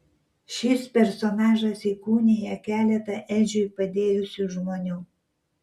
šis personažas įkūnija keletą edžiui padėjusių žmonių